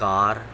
car